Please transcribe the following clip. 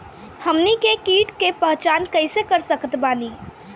हमनी के कीट के पहचान कइसे कर सकत बानी?